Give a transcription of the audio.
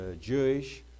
Jewish